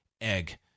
egg